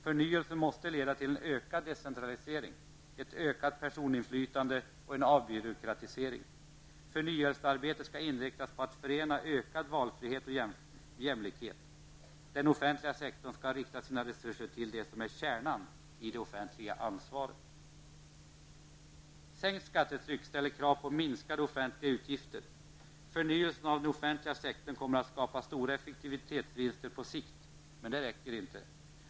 Förnyelsen måste leda till ökad decentralisering, ökat personinflytande och avbyråkratisering. Förnyelsearbetet skall inriktas på att förena ökad valfrihet och jämlikhet. Den offentliga sektorn skall rikta sina resurser till det som är kärnan i det offentliga ansvaret. Sänkt skattetryck ställer krav på minskade offentliga utgifter. Förnyelsen av den offentliga sektorn kommer att skapa stora effektivitetsvinster på sikt, men det räcker inte.